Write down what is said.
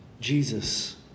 Jesus